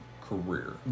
career